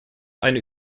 eine